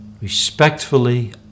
respectfully